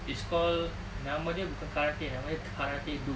it's called nama dia bukan karate nama dia karate-do